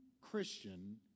Christian